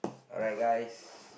alright guys